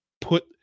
put